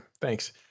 thanks